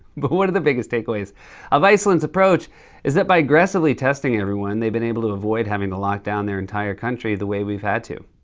but one of the biggest takeaways of iceland's approach is that by aggressively testing everyone, they've been able to avoid having to lock down their entire country the way we've had to.